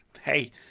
hey